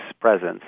presence